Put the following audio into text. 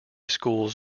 schools